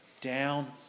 down